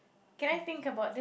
can I think about this